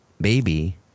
baby